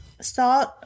salt